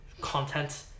content